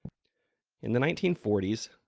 in the nineteen forty s,